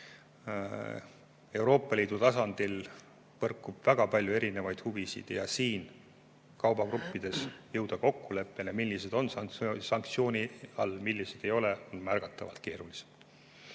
Euroopa Liidu tasandil põrkub väga palju erinevaid huvisid ja jõuda kokkuleppele, millised kaubagrupid on sanktsiooni all, millised ei ole, on märgatavalt keerulisem.